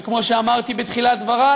כמו שאמרתי בתחילת דברי,